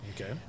Okay